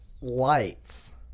Lights